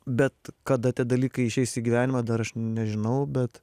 bet kada tie dalykai išeis į gyvenimą dar aš nežinau bet